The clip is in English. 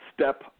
step